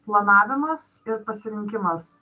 planavimas ir pasirinkimas